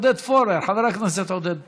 עודד פורר, חבר הכנסת עודד פורר,